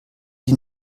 die